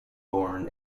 born